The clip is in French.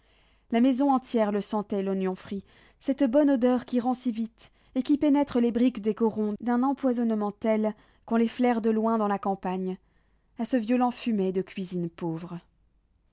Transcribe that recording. la maison entière le sentait l'oignon frit cette bonne odeur qui rancit vite et qui pénètre les briques des corons d'un empoisonnement tel qu'on les flaire de loin dans la campagne à ce violent fumet de cuisine pauvre